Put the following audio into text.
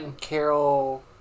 Carol